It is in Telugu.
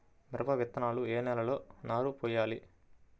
మిరప విత్తనాలు ఏ నెలలో నారు పోయాలి?